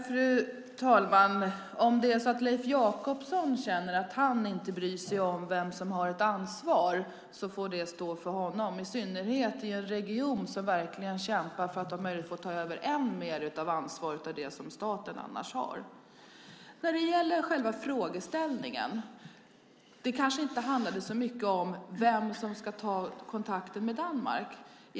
Fru talman! Om Leif Jakobsson känner att han inte bryr sig om vem som har ett ansvar får det stå för honom, i synnerhet i en region som verkligen kämpar för att om möjligt få ta över ännu mer av det ansvar som staten annars har. När det gäller själva frågeställningen kanske det inte handlar så mycket om vem som ska ta kontakten med Danmark.